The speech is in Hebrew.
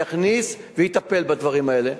יכניס ויטפל בדברים האלה.